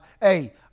hey